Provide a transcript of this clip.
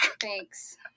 Thanks